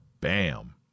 Bam